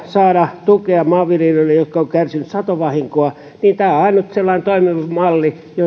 saada tukea maanviljelijöille jotka ovat kärsineet satovahinkoa niin tämä on ainut toimiva malli